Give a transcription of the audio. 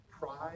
pride